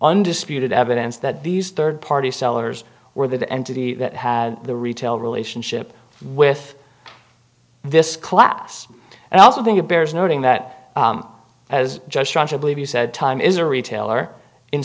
undisputed evidence that these third party sellers were the entity that had the retail relationship with this class and i also think it bears noting that just trying to believe you said time is a retailer in